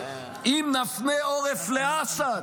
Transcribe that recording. "אם נפנה עורף לאסד"